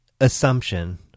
assumption